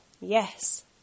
Yes